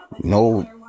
no